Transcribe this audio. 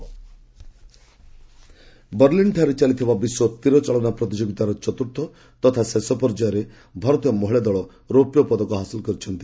archery ବର୍ଲିନ୍ଠାରେ ଚାଲିଥିବା ବିଶ୍ୱ ତୀରଚାଳନା ପ୍ରତିଯୋଗିତାର ଚତୁର୍ଥ ତତା ଶେଷ ପର୍ଯ୍ୟାୟରେ ଭାରତୀୟ ମହିଳା ଦଳ ରୌପ୍ୟପଦକ ହାସଲ କରିଛନ୍ତି